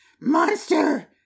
Monster